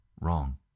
wrong